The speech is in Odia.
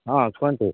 ହଁ କୁହନ୍ତୁ